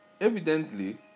Evidently